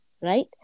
right